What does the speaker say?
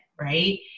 right